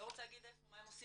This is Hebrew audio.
18 מתוכם